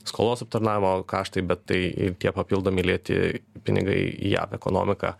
skolos aptarnavimo kaštai bet tai tie papildomi lėti pinigai į jav ekonomiką